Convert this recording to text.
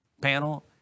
panel